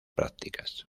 prácticas